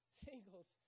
singles